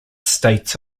states